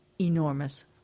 enormous